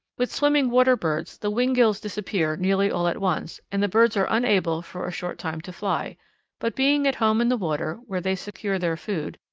with swimming water birds the wing quills disappear nearly all at once and the birds are unable for a short time to fly but being at home in the water, where they secure their food,